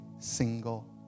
single